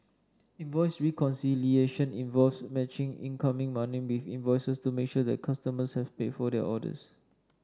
invoice reconciliation involves matching incoming money with invoices to make sure that customers have paid for their orders